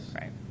right